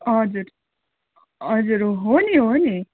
हजुर हजुर हो नि हो नि